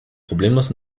problemlos